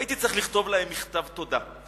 והייתי צריך לכתוב להם מכתב תודה.